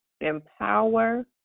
empower